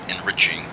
enriching